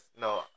No